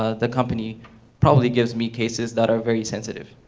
ah the company probably gives me cases that are very sensitive,